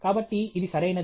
కాబట్టి ఇది సరైనది